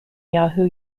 yahoo